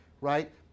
right